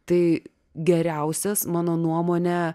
tai geriausias mano nuomone